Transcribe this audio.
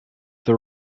the